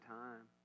time